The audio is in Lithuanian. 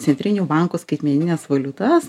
centrinių bankų skaitmenines valiutas